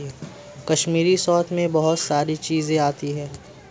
कश्मीरी स्रोत मैं बहुत सारी चीजें आती है